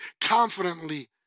confidently